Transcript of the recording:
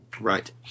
Right